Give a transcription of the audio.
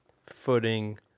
Footing